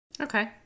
Okay